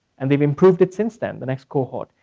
and they've improved it since then, the next cohort.